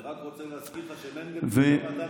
אני רק רוצה להזכיר לך שמנדלבליט לא נתן